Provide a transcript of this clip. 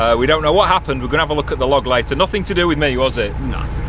we don't know what happened, we're gonna have a look at the log later, nothing to do with me was it? no.